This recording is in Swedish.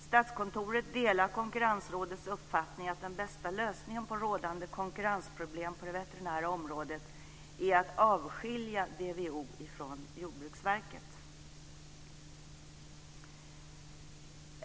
Statskontoret delar Konkurrensrådets uppfattning att den bästa lösningen på rådande konkurrensproblem på det veterinära området är att avskilja DVO ifrån Jordbruksverket.